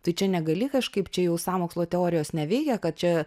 tai čia negali kažkaip čia jau sąmokslo teorijos neveikia kad čia